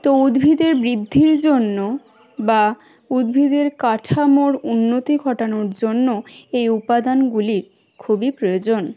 তো উদ্ভিদের বৃদ্ধির জন্য বা উদ্ভিদের কাঠামোর উন্নতি ঘটানোর জন্য এই উপাদানগুলির খুবই প্রয়োজন